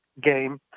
game